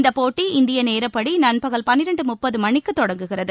இந்தப்போட்டி இந்திய நேரப்படி நண்பகல் பன்னிரெண்டு முப்பது மணிக்கு தொடங்குகிறது